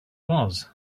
was